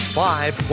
five